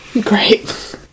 Great